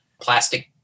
plastic